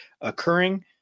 occurring